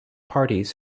parties